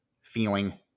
feeling